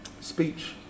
speech